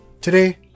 Today